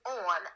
on